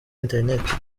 internet